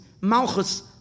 Malchus